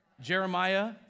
Jeremiah